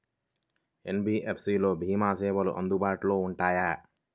NBFC లలో భీమా సేవలు అందుబాటులో ఉంటాయా?